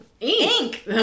Ink